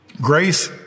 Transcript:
Grace